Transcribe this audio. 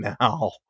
now